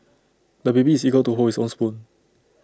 the baby is eager to hold his own spoon